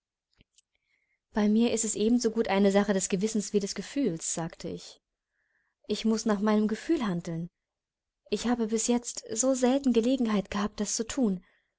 bei mir ist es ebensogut eine sache des gewissens wie des gefühls sagte ich und ich muß nach meinem gefühl handeln ich habe bis jetzt so selten gelegenheit gehabt das zu thun